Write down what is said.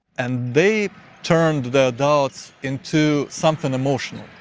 and they turned the doubts into something emotional.